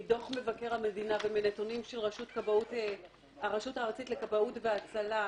מדוח מבקר המדינה ומנתונים של הרשות הארצית לכבאות והצלה,